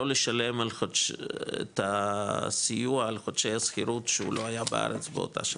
לא לשלם את הסיוע על חודשי השכירות שהוא לא היה בארץ באותה שנה,